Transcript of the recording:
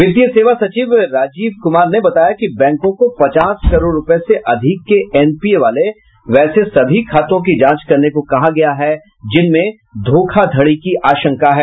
वित्तीय सेवा सचिव राजीव कुमार ने बताया कि बैंकों को पचास करोड़ रूपये से अधिक के एनपीए वाले वैसे सभी खातों की जांच करने को कहा गया है जिनमें धोखाधड़ी की आशंका है